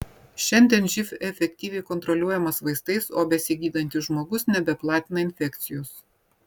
šiandien živ efektyviai kontroliuojamas vaistais o besigydantis žmogus nebeplatina infekcijos